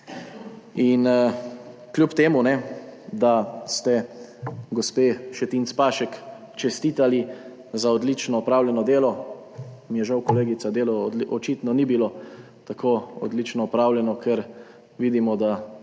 In kljub temu da ste gospe Šetinc Pašek čestitali za odlično opravljeno delo, mi je žal, kolegica, delo očitno ni bilo tako odlično opravljeno, ker vidimo, da